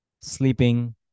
sleeping